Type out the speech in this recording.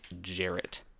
Jarrett